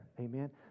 amen